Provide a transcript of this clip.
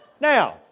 Now